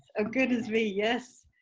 ah goodness me, yes.